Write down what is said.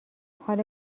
حالا